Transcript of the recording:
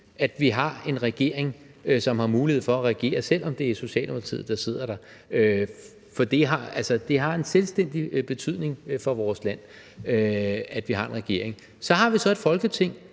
at vi har en regering, som har mulighed for at regere, selv om det er Socialdemokratiet, der sidder der, for det har en selvstændig betydning for vores land, at vi har en regering, som kan regere. Så har vi et Folketing,